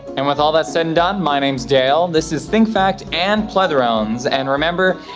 and with all that said and done, my name's dale, this is think fact and plethrons, and remember,